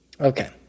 Okay